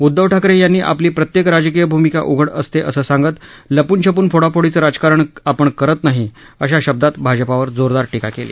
उद्धव ठाकरे यांनी आपली प्रत्येक राजकीय भूमिका उघड असते असं सांगत लपूनछपून फोडाफोडीचं राजकारण आपण करत नाही अशा शब्दात भाजपावर जोरदार टीका केली